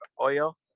oil